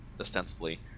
ostensibly